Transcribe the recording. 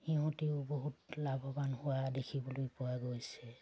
সিহঁতেও বহুত লাভৱান হোৱা দেখিবলৈ পোৱা গৈছে